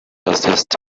accessed